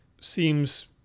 seems